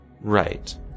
Right